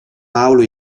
paolo